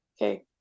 okay